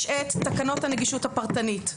יש את תקנות הנגישות הפרטנית,